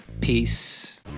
Peace